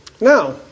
Now